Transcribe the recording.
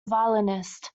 violinist